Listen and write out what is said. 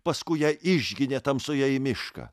paskui ją išginė tamsoje į mišką